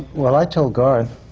well, i told garth,